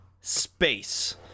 space